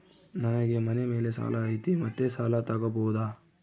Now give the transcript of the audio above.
ನನಗೆ ಮನೆ ಮೇಲೆ ಸಾಲ ಐತಿ ಮತ್ತೆ ಸಾಲ ತಗಬೋದ?